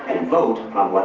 and vote on what